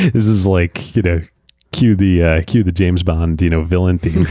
is is like you know cue the ah cue the james bond you know villain thing